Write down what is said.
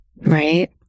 right